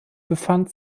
befand